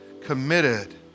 committed